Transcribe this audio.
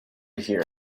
here